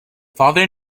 farther